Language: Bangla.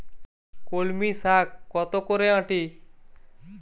কলমি শাখ কত করে আঁটি?